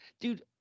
dude